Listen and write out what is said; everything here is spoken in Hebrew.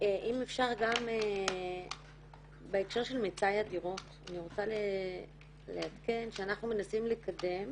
אם אפשר גם בהקשר של מצאי הדירות אני רוצה לעדכן שאנחנו מנסים לקדם